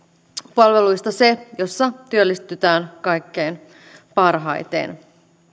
palveluista se jossa työllistytään kaikkein parhaiten